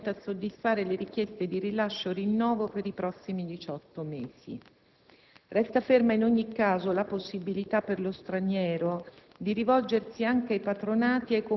potrebbe essere ritenuto sufficiente a soddisfare le richieste di rilascio/rinnovo per i prossimi diciotto mesi. Resta ferma, in ogni caso, la possibilità per lo straniero